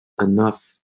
enough